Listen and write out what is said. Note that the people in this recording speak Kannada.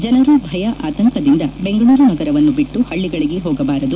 ಜನರು ಭಯ ಆತಂಕದಿಂದ ಬೆಂಗಳೂರು ನಗರವನ್ನು ಬಿಟ್ಟು ಹಳ್ಳಿಗಳಿಗೆ ಹೋಗಬಾರದು